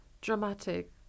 dramatic